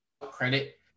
credit